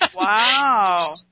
Wow